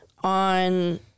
on